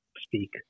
speak